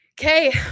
Okay